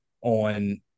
on